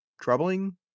troubling